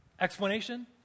explanation